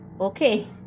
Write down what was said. Okay